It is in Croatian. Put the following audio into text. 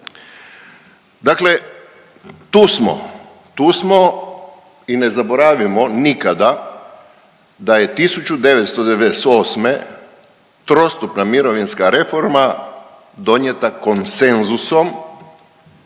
smo, tu smo i ne zaboravimo nikada da je 1998. trostupna mirovinska reforma donijeta konsenzusom